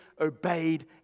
obeyed